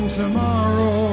tomorrow